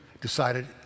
decided